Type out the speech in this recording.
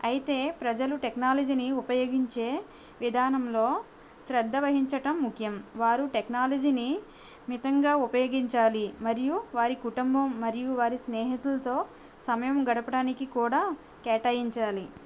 అయితే ప్రజలు టెక్నాలజీని ఉపయోగించే విధానంలో శ్రద్ధ వహించటం ముఖ్యం వారు టెక్నాలజీని మితంగా ఉపయోగించాలి మరియు వారి కుటుంబం మరియు వారి స్నేహితుల్తో సమయం గడపడానికి కూడా కేటాయించాలి